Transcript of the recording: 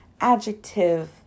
Adjective